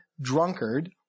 drunkard